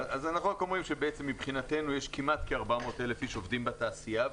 אומרים שמבחינתנו יש כמעט כ-400,000 איש שעובדים בתעשייה.